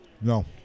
No